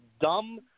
dumb